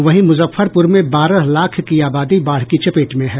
वहीं मुजफ्फरपुर में बारह लाख की आबादी बाढ़ की चपेट में हैं